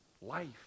life